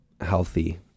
healthy